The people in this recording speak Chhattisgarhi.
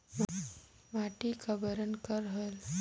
माटी का बरन कर होयल?